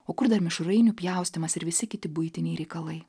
o kur dar mišrainių pjaustymas ir visi kiti buitiniai reikalai